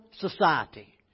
society